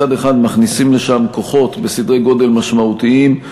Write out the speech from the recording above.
מצד אחד מכניסים לשם כוחות בסדרי גודל משמעותיים,